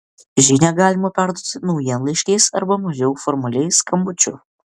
žinią galimą perduoti naujienlaiškiais arba mažiau formaliai skambučiu